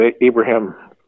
Abraham